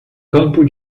campo